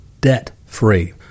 debt-free